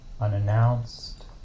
unannounced